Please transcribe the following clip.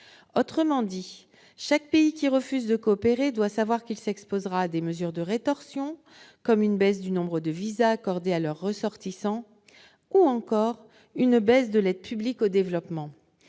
Autrement dit, chaque pays qui refuse de coopérer doit savoir qu'il s'exposera à des mesures de rétorsion, comme une baisse du nombre de visas accordés à leurs ressortissants ou encore une diminution de l'aide publique au développement.